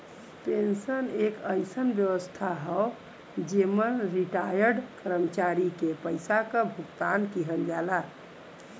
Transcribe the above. pension एक अइसन व्यवस्था हौ जेमन रिटार्यड कर्मचारी के पइसा क भुगतान किहल जाला